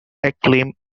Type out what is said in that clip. acclaim